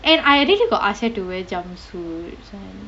and I really got ask her to wear jumpsuit